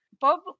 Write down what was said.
Bob